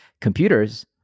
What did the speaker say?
computers